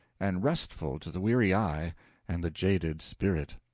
and restful to the weary eye and the jaded spirit.